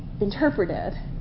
interpreted